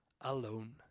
alone